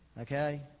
okay